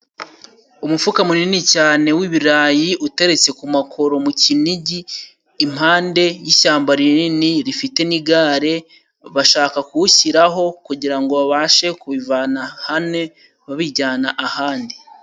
Umufuka munini cyane w'ibirayi uteretse ku makoro mu Kinigi, impande y'ishyamba rinini rifite ni'igare, bashaka kuwushyiraho kugira ngo ngo babashe kubivana hane babijyana ahandi.